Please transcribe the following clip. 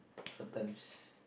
sometimes